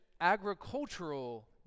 agricultural